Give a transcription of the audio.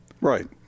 Right